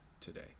today